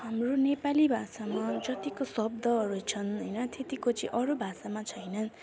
हाम्रो नेपाली भाषामा जतिको शब्दहरू छन् होइन त्यतिको चाहिँ अरू भाषामा छैनन्